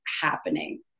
happening